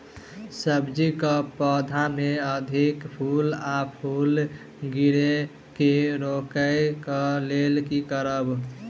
सब्जी कऽ पौधा मे अधिक फूल आ फूल गिरय केँ रोकय कऽ लेल की करब?